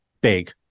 big